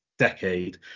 decade